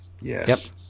yes